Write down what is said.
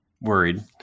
worried